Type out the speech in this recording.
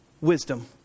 wisdom